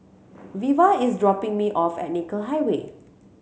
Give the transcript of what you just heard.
Veva is dropping me off at Nicoll Highway